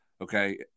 okay